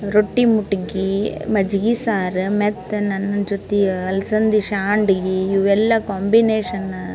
ರೊಟ್ಟಿ ಮುಟ್ಗೀ ಮಜ್ಗೆ ಸಾರು ಮೆತ್ತನೆ ಅನ್ನ ಜೊತೆ ಅಲಸಂದಿ ಸಂಡಿಗಿ ಇವೆಲ್ಲ ಕಾಂಬಿನೇಶನ್ನ